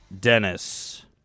Dennis